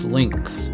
links